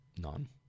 None